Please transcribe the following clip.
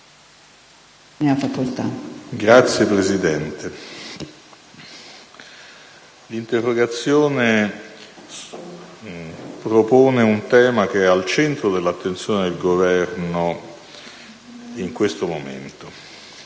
Signora Presidente, le interrogazioni propongono un tema al centro dell'attenzione del Governo in questo momento.